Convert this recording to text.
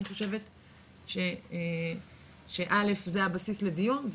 אני חושבת שא' זה הבסיס לדיון,